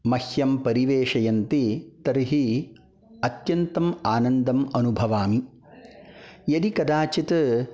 मह्यं परिवेषयन्ति तर्हि अत्यन्तम् आनन्दम् अनुभवामि यदि कदाचित्